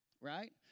Right